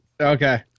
Okay